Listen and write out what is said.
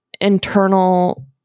internal